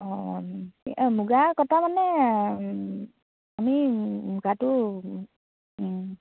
অঁ অঁ মুগা কটা মানে আমি মুগাটো